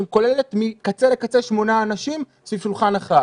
שכוללת מקצה אל קצה שמונה אנשים סביב שולחן החג.